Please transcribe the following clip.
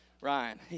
Ryan